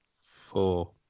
Four